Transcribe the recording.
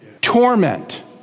Torment